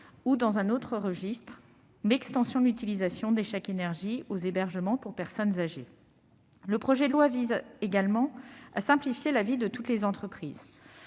pénales anti-squat ; extension de l'utilisation des chèques énergie aux hébergements pour personnes âgées. Le projet de loi vise également à simplifier la vie de toutes les entreprises.